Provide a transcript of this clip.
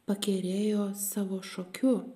pakerėjo savo šokiu